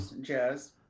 jazz